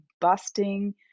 busting